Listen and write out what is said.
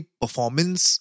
performance